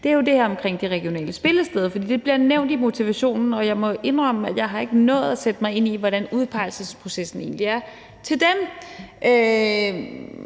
nemlig det her med de regionale spillesteder, for det bliver nævnt i motivationen. Jeg må indrømme, at jeg ikke har nået at sætte mig ind i, hvordan processen med at blive